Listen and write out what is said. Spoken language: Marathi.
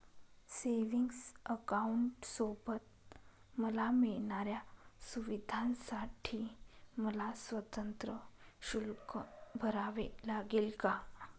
सेविंग्स अकाउंटसोबत मला मिळणाऱ्या सुविधांसाठी मला स्वतंत्र शुल्क भरावे लागेल का?